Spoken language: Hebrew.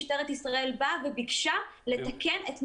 משטרת ישראל באה וביקשה לתקן את 168,